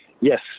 Yes